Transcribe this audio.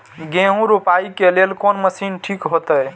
गेहूं रोपाई के लेल कोन मशीन ठीक होते?